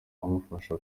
umufasha